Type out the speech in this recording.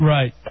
Right